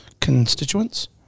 constituents